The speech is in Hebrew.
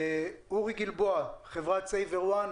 אורי גלבוע חברת סייברוואן